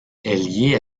liée